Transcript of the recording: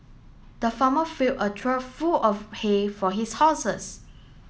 the farmer fill a trough full of hay for his horses